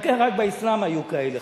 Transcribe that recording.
אם באסלאם היו כאלה,